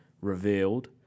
revealed